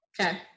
Okay